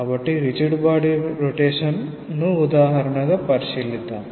కాబట్టి rigid body rotation ఉదాహరణను పరిశీలిద్దాం